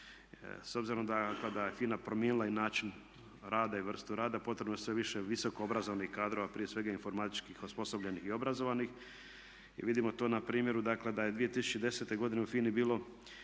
S obzirom da kada je FINA promijenila i način rada i vrstu rada potrebno je sve više visoko obrazovanih kadrova, prije svega informatičkih, osposobljenih i obrazovanih i vidimo to na primjeru, dakle da je 2010. godine u FINA-i bilo